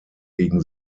gegen